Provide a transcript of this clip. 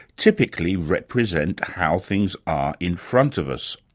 typically represent how things are in front of us.